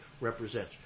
represents